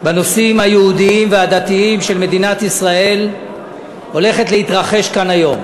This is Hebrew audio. בנושאים היהודיים והדתיים של מדינת ישראל הולכת להתרחש כאן היום.